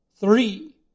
Three